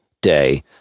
Day